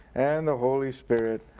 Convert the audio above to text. and the holy spirit.